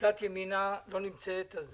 קבוצת ימינה לא נמצאת אז